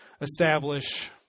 establish